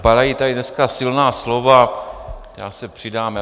Padají tady dneska silná slova, já se přidám.